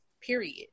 Period